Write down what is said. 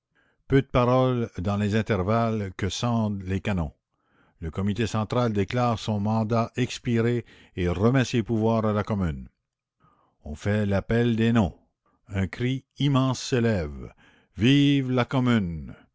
peu de paroles dans les intervalles que scandent les canons le comité central déclare son mandat expiré et remet ses pouvoirs à la commune on fait l'appel des noms un cri immense s'élève vive la commune